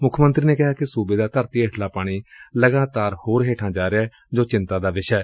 ਮੁੱਖ ਮੰਤਰੀ ਨੇ ਕਿਹਾ ਕਿ ਸੂਬੇ ਦਾ ਧਰਤੀ ਹੇਠਲਾ ਪਾਣੀ ਲਗਾਤਾਰ ਹੇਠਾਂ ਜਾ ਰਿਹੈ ਜੋ ਇਕ ਚਿੰਤਾ ਦਾ ਵਿਸ਼ਾ ਏ